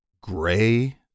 gray